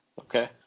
Okay